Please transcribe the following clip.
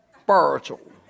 spiritual